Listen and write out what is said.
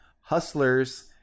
Hustlers